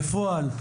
בפועל,